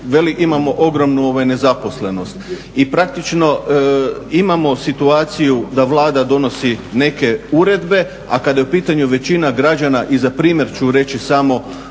Veli imamo ogromnu nezaposlenost i praktično imamo situaciju da Vlada donosi neke uredbe, a kada je u pitanju većina građana i za primjer ću reći samo